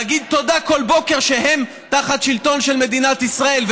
להגיד תודה כל בוקר שהם תחת שלטון של מדינת ישראל,